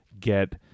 get